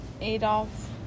adolf